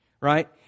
Right